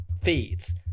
feeds